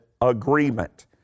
agreement